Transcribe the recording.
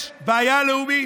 יש בעיה לאומית,